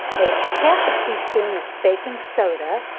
a half a teaspoon of baking soda,